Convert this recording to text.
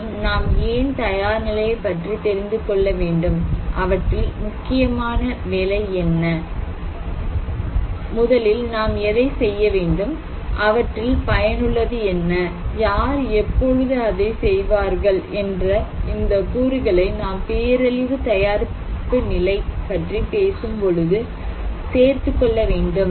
மேலும் நாம் ஏன் தயார் நிலையை பற்றி தெரிந்துகொள்ள வேண்டும் அவற்றில் முக்கியமான வேலை என்ன முதலில் நாம் எதை செய்ய வேண்டும்அவற்றில் பயனுள்ளது என்ன யார் எப்பொழுது அதை செய்வார்கள் என்ற இந்தக் கூறுகளை நாம் பேரழிவு தயாரிப்பு நிலை பற்றி பேசும்பொழுது சேர்த்துக் கொள்ள வேண்டும்